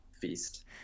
feast